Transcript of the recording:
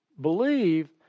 believe